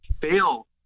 fail